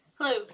hello